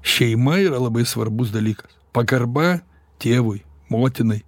šeima yra labai svarbus dalykas pagarba tėvui motinai